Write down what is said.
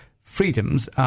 freedoms